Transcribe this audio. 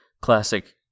classic